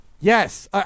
Yes